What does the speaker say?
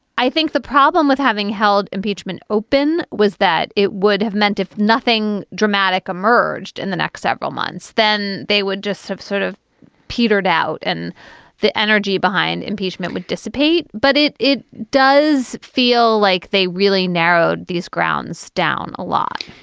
i think the problem with having held impeachment open was that it would have meant if nothing dramatic emerged in the next several months, then they would just have sort of petered out and the energy behind impeachment would dissipate. but it it does feel like they really narrowed these grounds down a lot